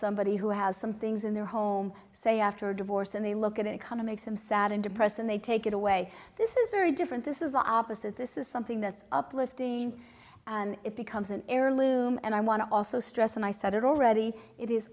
somebody who has some things in their home say after a divorce and they look at it come to make some sad and depressed and they take it away this is very different this is the opposite this is something that's uplifting and it becomes an heirloom and i want to also stress and i said it already i